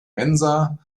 mensa